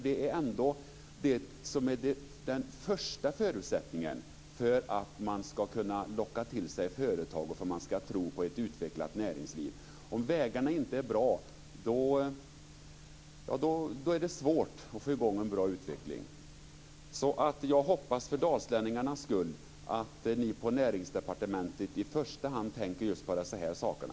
Det är ändå det som är den första förutsättningen för att man skall kunna locka till sig företag och för att man skall tro på ett utvecklat näringsliv. Om vägarna inte är bra är det svårt att få i gång en bra utveckling. Jag hoppas därför för dalslänningarnas skull att ni på Näringsdepartementet i första hand tänker på just de här sakerna.